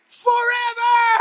Forever